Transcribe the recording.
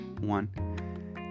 one